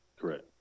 Correct